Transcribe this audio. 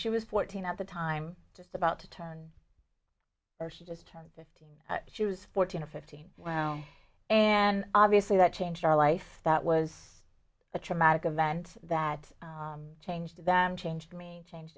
she was fourteen at the time just about to turn or she just turned fifteen she was fourteen or fifteen wow and obviously that changed our life that was a traumatic event that changed them changed mean changed